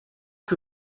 que